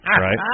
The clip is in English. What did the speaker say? right